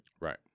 Right